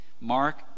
Mark